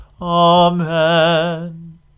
Amen